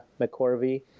McCorvey